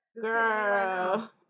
Girl